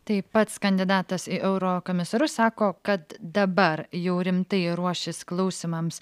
tai pats kandidatas į eurokomisarus sako kad dabar jau rimtai ruošias klausymams